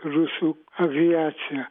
rusų aviacija